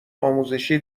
آموزشی